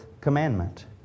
commandment